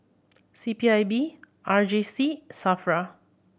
C P I B R J C SAFRA